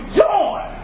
join